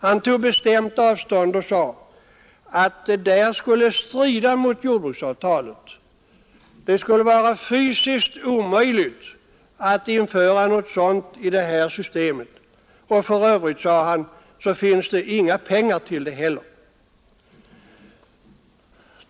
Han tog bestämt avstånd och sade att det skulle strida mot jordbruksavtalet, det skulle vara fysiskt omöjligt att införa något sådant i det nuvarande systemet. Och för övrigt, sade han, finns det inga pengar till det.